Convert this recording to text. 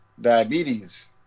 diabetes